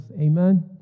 Amen